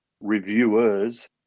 reviewers